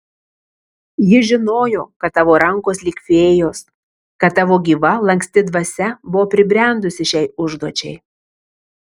ji žinojo kad tavo rankos lyg fėjos kad tavo gyva lanksti dvasia buvo pribrendusi šiai užduočiai